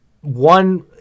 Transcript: one